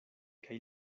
kaj